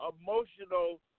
emotional